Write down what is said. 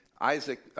Isaac